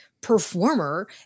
performer